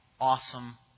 awesome